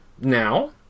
now